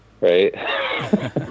Right